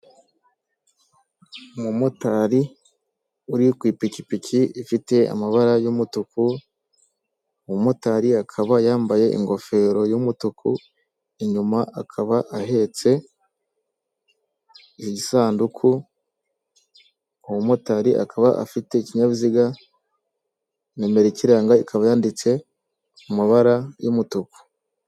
Umumotari uri ku ipikipiki ifite amabara y’umutuku, umumotari akaba yambaye ingofero y’ umutuku inyuma, akaba ahetse iyi sanduku. Umumotari akaba afite ikinyabiziga nimero ikiranga, ikaba yanditse mu mabara y’umutuku.